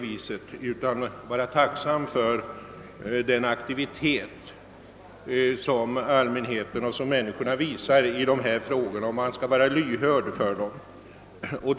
Vi bör vara tacksamma för den aktivitet som de enskilda människorna visar och vara lyhörda för deras åsikter.